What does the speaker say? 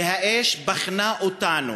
והאש בחנה אותנו.